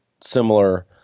similar